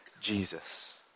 Jesus